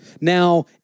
Now